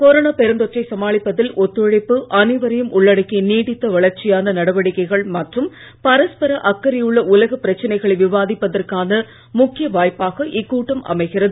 corona பெருந்தொற்றை சமாளிப்பதில் ஒத்துழைப்பு அனைவரையும் உள்ளடக்கிய நீடித்த வளர்ச்சிக்கான நடவடிக்கைகள் மற்றும் பரஸ்பர அக்கறையுள்ள உலகப் பிரச்சனைகளை விவாதிப்பதற்கான முக்கிய வாய்ப்பாக இக்கூட்டம் அமைகிறது